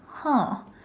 hor